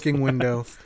window